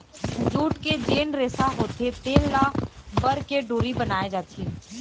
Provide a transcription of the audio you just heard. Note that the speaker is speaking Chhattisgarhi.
जूट के जेन रेसा होथे तेन ल बर के डोरी बनाए जाथे